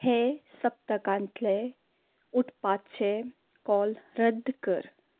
हे सप्तकांतले उठपाचे कॉल रद्द कर